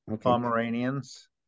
Pomeranians